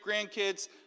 grandkids